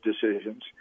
decisions